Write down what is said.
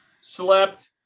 slept